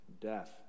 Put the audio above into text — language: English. death